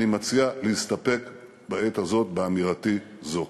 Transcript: אני מציע להסתפק בעת הזאת באמירתי זו.